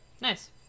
Nice